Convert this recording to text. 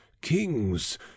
kings